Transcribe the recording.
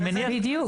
בדיוק.